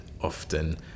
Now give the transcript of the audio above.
often